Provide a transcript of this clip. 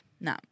No